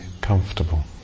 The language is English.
comfortable